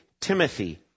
Timothy